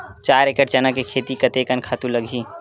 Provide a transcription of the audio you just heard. चार एकड़ चना के खेती कतेकन खातु लगही?